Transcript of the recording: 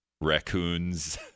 raccoons